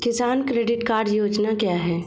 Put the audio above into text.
किसान credit card योजना क्या है?